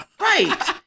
right